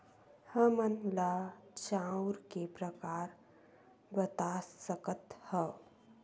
हमन ला चांउर के प्रकार बता सकत हव?